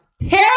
Terrible